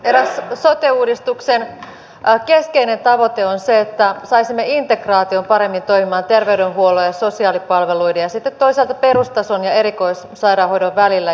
eräs sote uudistuksen keskeinen tavoite on se että saisimme integraation paremmin toimimaan terveydenhuollon ja sosiaalipalveluiden ja sitten toisaalta perustason ja erikoissairaanhoidon välillä